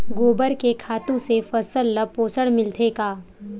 गोबर के खातु से फसल ल पोषण मिलथे का?